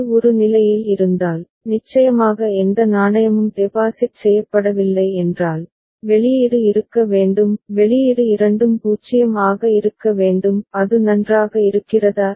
அது ஒரு நிலையில் இருந்தால் நிச்சயமாக எந்த நாணயமும் டெபாசிட் செய்யப்படவில்லை என்றால் வெளியீடு இருக்க வேண்டும் வெளியீடு இரண்டும் 0 ஆக இருக்க வேண்டும் அது நன்றாக இருக்கிறதா